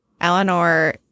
Eleanor